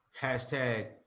Hashtag